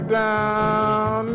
down